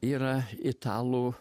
yra italų